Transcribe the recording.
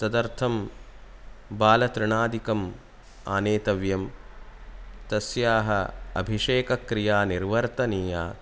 तदर्तं बालतृणादिकम् आनेतव्यं तस्याः अभिषेकक्रिया निवर्तनीया